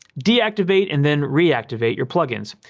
deactivate and then reactivate your plugins.